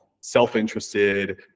self-interested